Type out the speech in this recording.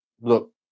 Look